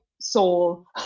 soul